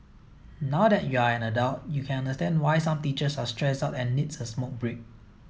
now that you're an adult you can understand why some teachers are stressed out and needs a smoke break